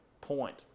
point